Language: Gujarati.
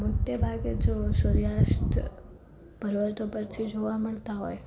મોટે ભાગે જો સૂર્યાસ્ત પર્વત ઉપરથી જોવા મળતા હોય